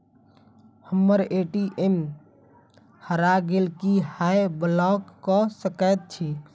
हम्मर ए.टी.एम हरा गेल की अहाँ ब्लॉक कऽ सकैत छी?